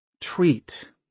Treat